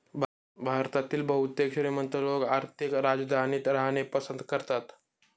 भारतातील बहुतेक श्रीमंत लोक आर्थिक राजधानीत राहणे पसंत करतात